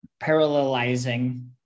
parallelizing